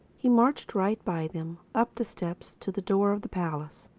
he marched right by them, up the steps to the door of the palace.